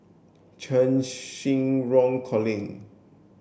Cheng Xinru Colin